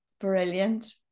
Brilliant